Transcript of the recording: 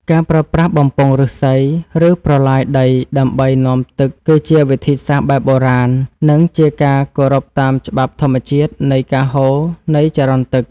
ការប្រើប្រាស់បំពង់ឫស្សី ឬប្រឡាយដីដើម្បីនាំទឹកគឺជាវិធីសាស្ត្របែបបុរាណ និងជាការគោរពតាមច្បាប់ធម្មជាតិនៃការហូរនៃចរន្តទឹក។